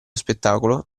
spettacolo